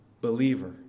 believer